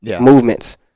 movements